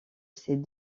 ces